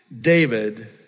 David